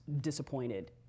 disappointed